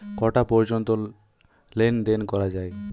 কটা পর্যন্ত লেন দেন করা য়ায়?